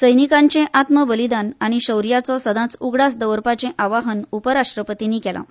सैनिकांचे आत्मबलिदान आनी शौर्याचो सदांच उगडास दवरपार्चे आवाहन उपराष्ट्रपतींनी केलां